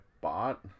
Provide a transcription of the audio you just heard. bought